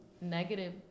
negative